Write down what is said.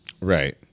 Right